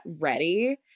ready